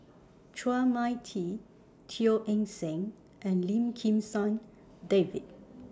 Chua Mia Tee Teo Eng Seng and Lim Kim San David